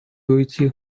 уйти